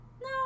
no